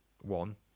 One